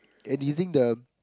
and using the